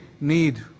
need